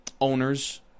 owners